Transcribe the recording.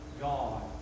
God